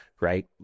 right